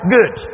Good